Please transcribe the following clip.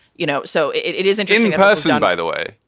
you know. so it it isn't anything personal, by the way.